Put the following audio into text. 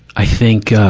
i think, ah,